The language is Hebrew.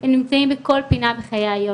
הם נמצאים בכל פינה בחיי היומיום.